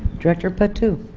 director patu?